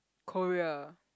Korea